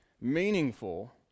meaningful